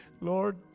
Lord